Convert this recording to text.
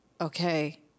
okay